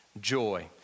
joy